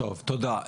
טוב, תודה.